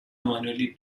annually